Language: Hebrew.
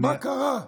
מה קרה?